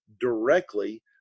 directly